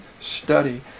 study